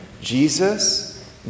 Jesus